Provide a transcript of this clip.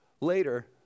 later